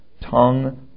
tongue